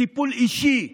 טיפול אישי,